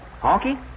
Honky